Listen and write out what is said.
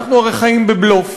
אנחנו הרי חיים בבלוף: